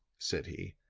said he.